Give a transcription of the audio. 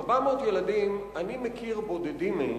400 ילדים, אני מכיר רק בודדים מהם,